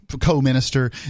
co-minister